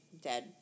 dead